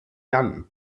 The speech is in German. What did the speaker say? yan